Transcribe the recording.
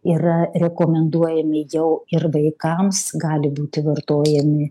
yra rekomenduojami jau ir vaikams gali būti vartojami